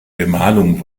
bemalung